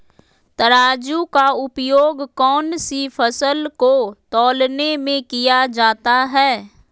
तराजू का उपयोग कौन सी फसल को तौलने में किया जाता है?